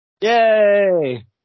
Yay